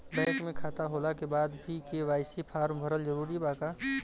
Bank में खाता होला के बाद भी के.वाइ.सी फार्म भरल जरूरी बा का?